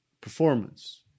performance